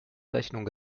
rechnung